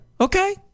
Okay